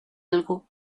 algo